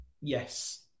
Yes